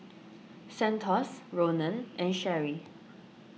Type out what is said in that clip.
Santos Ronan and Sherri